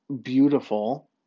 beautiful